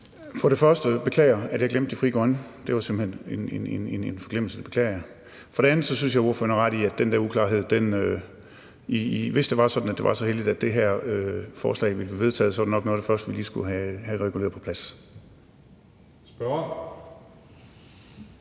For det første beklager jeg, at jeg glemte Frie Grønne. Det var simpelt hen en forglemmelse, det beklager jeg. For det andet synes jeg, ordføreren har ret i, at der er en uklarhed. Hvis det var sådan, at det var så heldigt, at det her forslag ville blive vedtaget, var det nok noget af det første, vi lige skulle have reguleret og på plads. Kl.